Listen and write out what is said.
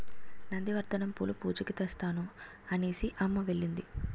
నంది వర్ధనం పూలు పూజకి తెత్తాను అనేసిఅమ్మ ఎల్లింది